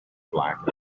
black